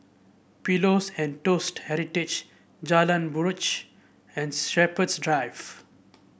Pillows and Toast Heritage Jalan Buroh and Shepherds Drive